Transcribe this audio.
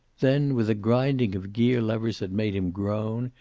then, with a grinding of gear levers that made him groan,